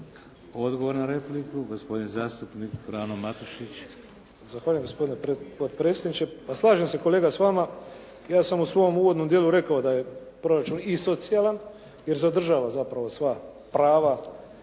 Odgovor na repliku, gospodin zastupnik Frano Matušić. **Matušić, Frano (HDZ)** Zahvaljujem gospodine potpredsjedniče. Pa slažem se kolega s vama. Ja sam u svom uvodnom dijelu rekao da je proračun i socijalan jer zadržava zapravo sva prava